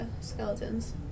skeletons